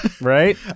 Right